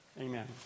Amen